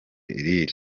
lil